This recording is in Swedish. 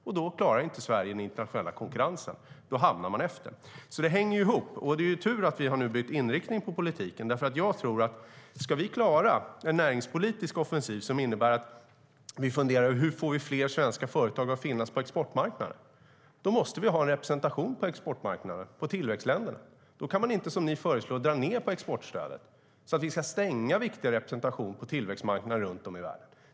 Och då klarar inte Sverige av den internationella konkurrensen. Då hamnar man efter. Det hänger ihop. Det är tur att vi nu har bytt inriktning på politiken. Det handlar om att klara av en näringspolitisk offensiv som innebär att vi funderar över hur vi får fler svenska företag på exportmarknaden. Då måste vi ha en representation på exportmarknaden och i tillväxtländerna. Då kan man inte, som ni föreslår, dra ned på exportstödet, så att vi får stänga viktig representation på tillväxtmarknader runt om i världen.